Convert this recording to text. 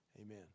Amen